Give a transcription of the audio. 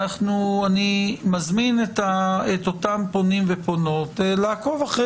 אני מזמין את אותם פונים ופונים לעקוב אחרי